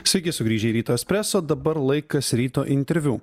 sveiki sugrįžę į ryto espreso dabar laikas ryto interviu